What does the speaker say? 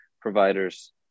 Providers